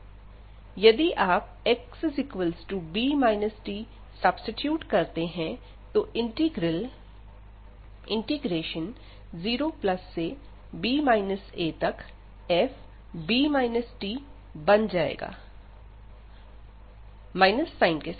यदि आप xb t substitute करते हैं तो इंटीग्रल 0b afb tdt बन जाएगा माइनस साइन के साथ